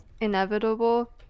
inevitable